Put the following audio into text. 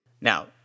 Now